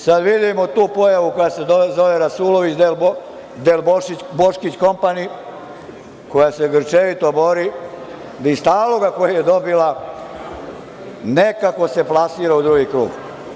Sada vidimo tu pojavu koja se zove „rasulović del boškić kompani“ koja se grčevito bori da iz taloga koji je dobila, nekako se plasira u drugi krug.